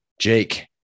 Jake